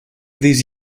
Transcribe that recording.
these